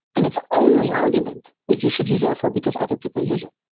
and it's only argument, is you should use airflow because other people use it.